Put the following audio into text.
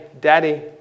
daddy